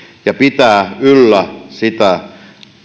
ja pitää yllä sitä